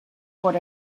por